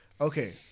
Okay